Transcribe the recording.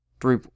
three